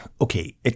Okay